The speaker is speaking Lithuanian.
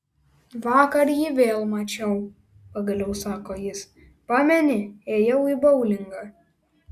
vakar jį vėl mačiau pagaliau sako jis pameni ėjau į boulingą